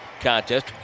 contest